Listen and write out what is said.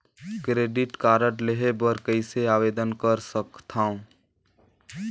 Credit card लेहे बर कइसे आवेदन कर सकथव?